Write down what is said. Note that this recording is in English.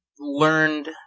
learned